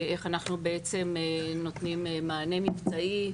איך אנחנו בעצם נותנים מענה מבצעי.